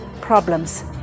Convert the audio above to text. problems